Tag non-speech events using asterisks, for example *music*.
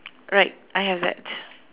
right I have that *noise*